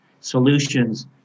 solutions